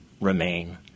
remain